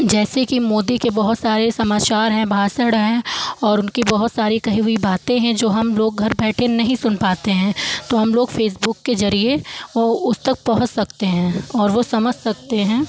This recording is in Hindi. जैसे कि मोदी के बहुत सारे समाचार है भाषण है और उनकी बहुत सारी कही हुई बातें हैं जो हम लोग घर बैठे नहीं सुन पाते हैं तो हम लोग फ़ेसबुक के जरिए उस तक पहुँच सकते हैं और वो समज सकते हैं